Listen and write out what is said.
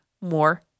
more